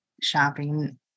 shopping